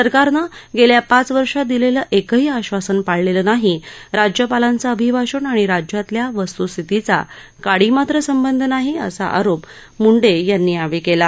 सरकारनं गेल्या पाच वर्षात दिलेलं एकही आश्वासन पाळलेलं नाही राज्यपालांचं अभिभाषण आणि राज्यातल्या वस्तुस्थितीचा काडीमात्र संबंध नाही असा आरोप मुंडे यांनी यावेळी केला